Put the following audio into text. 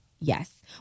yes